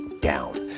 down